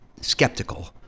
skeptical